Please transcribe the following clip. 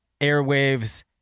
airwaves